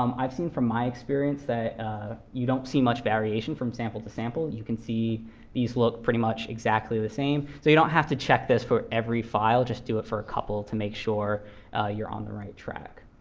um i've seen from my experience that you don't see much variation from sample to sample. you can see these look pretty much exactly the same. so you don't have to check this for every file. just do it for a couple to make sure you're on the right track.